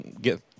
get